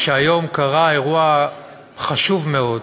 שהיום קרה אירוע חשוב מאוד,